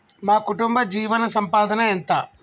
మా కుటుంబ జీవన సంపాదన ఎంత?